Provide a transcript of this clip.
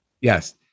Yes